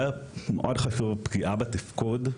ומאוד חשוב - פגיעה בתפקוד,